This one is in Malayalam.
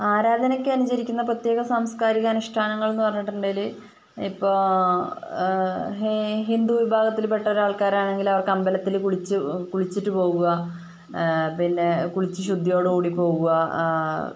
ആരാധനയ്ക്ക് അനുചരിക്കുന്ന പ്രത്യേക സാംസ്കാരിക അനുഷ്ഠാനങ്ങൾ എന്ന് പറഞ്ഞിട്ടുണ്ടെല് ഇപ്പൊൾ ഹി ഹിന്ദു വിഭാഗത്തിൽ പെട്ട ഒരു ആൾക്കാര് ആണെങ്കില് അമ്പലത്തില് കുളിച്ച് കുളിച്ചിട്ട് പോവുക പിന്നെ കുളിച്ച് ശുദ്ധിയോട് കുടി പോകുക